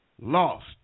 Lost